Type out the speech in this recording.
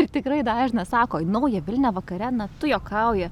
ir tikrai dažnas sako į naują vilnią vakare na tu juokauji